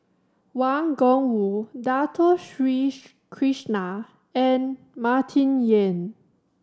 Wang Gungwu Dato Sri Krishna and Martin Yan